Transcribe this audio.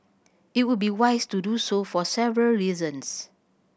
it would be wise to do so for several reasons